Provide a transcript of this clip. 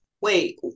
Wait